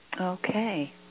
Okay